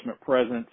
presence